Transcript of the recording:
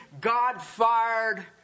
God-fired